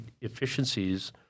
efficiencies